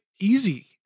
easy